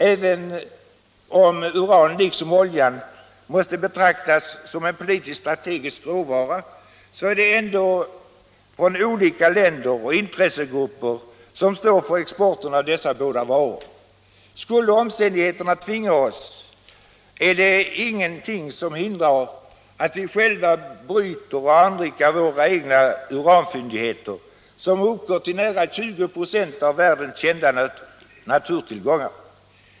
Även om uran liksom olja måste betraktas som en politisk-strategisk råvara, är det ändå olika länder och intressegrupper som står för exporten av dessa båda varor. Skulle omständigheterna tvinga oss, är det ingenting som hindrar att vi själva bryter och anrikar våra egna uranfyndigheter, som uppgår till nära 20 926 av världens kända urantillgångar.